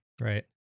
Right